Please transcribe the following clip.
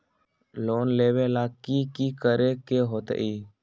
Loan लेबे ला की कि करे के होतई?